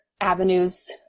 avenues